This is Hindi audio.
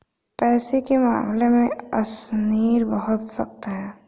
पैसे के मामले में अशनीर बहुत सख्त है